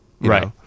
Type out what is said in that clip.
Right